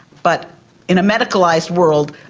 but in a medicalised world,